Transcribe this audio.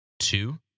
Two